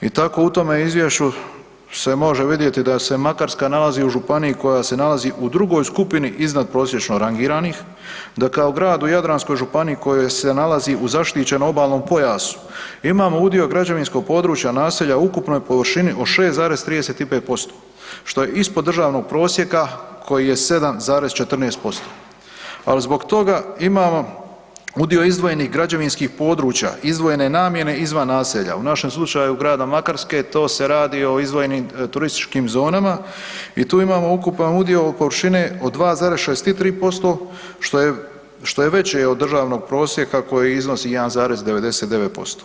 I tako u tome izvješću se može vidjeti da se Makarska nalazi u županiji koja se nalazi u drugoj skupini iznadprosječno rangiranih, da kao grad u jadranskoj županiji koji se nalazi u zaštićenom obalnom pojasu imamo udio građevinskog područja naselja u ukupnoj površini od 6,35% što je ispod državnog prosjeka koji je 7,14%, ali zbog toga imao udio izdvojenih građevinskih područja, izdvojene namjene izvan naselja u našem slučaju grada Makarske to se radi o izdvojenim turističkim zonama i tu imamo ukupan udio površine od 2,63% što je veće od državnog prosjeka koji iznosi 1,99%